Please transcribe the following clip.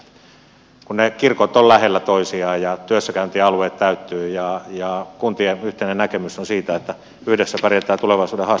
kun ne kirkot ovat lähellä toisiaan ja työssäkäyntialueet täyttyvät ja kunnilla on yhteinen näkemys siitä että yhdessä pärjätään tulevaisuuden haasteissa paremmin